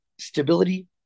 stability